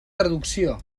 traducció